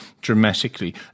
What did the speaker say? dramatically